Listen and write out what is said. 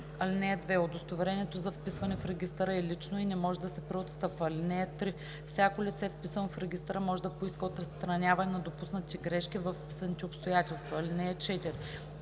(2) Удостоверението за вписване в регистъра е лично и не може да се преотстъпва. (3) Всяко лице, вписано в регистъра, може да поиска отстраняване на допуснати грешки във вписаните обстоятелства. (4)